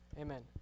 Amen